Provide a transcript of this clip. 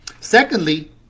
Secondly